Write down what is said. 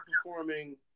performing